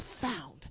found